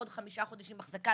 עוד חמישה חודשים אחזקה,